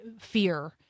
fear